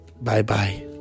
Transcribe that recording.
Bye-bye